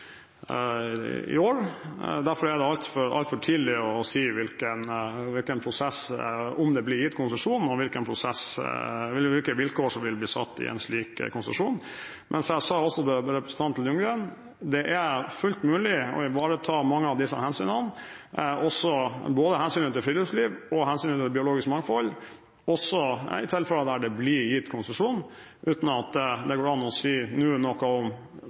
år, og derfor er det altfor tidlig å si om det blir gitt konsesjon, og hvilke vilkår som vil bli satt i en slik konsesjon. Men som jeg også sa til representanten Ljunggren, er det fullt mulig å ivareta mange av disse hensynene, både hensynet til friluftsliv og hensynet til biologisk mangfold, også i de tilfellene der det blir gitt konsesjon – uten at det nå går an å si noe om